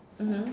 mmhmm